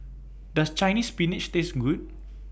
Does Chinese Spinach Taste Good